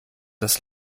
das